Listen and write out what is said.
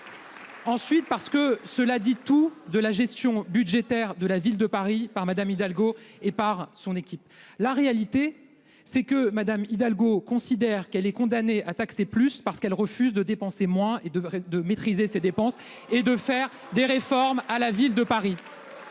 ensuite parce que cela dit tout de la gestion budgétaire de la Ville de Paris par Mme Hidalgo et son équipe. La réalité, c'est que Mme Hidalgo considère qu'elle est condamnée à taxer plus, parce qu'elle refuse de dépenser moins, de maîtriser ses dépenses et de mener des réformes. Marine Le Pen